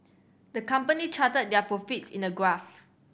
the company charted their profits in a graph